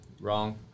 Wrong